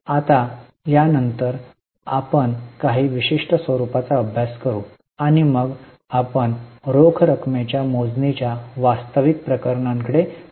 आता यानंतर आपण काही विशिष्ट स्वरुपाचा अभ्यास करू आणि मग आपण रोख रकमेच्या मोजणीच्या वास्तविक प्रकरणांकडे जाऊ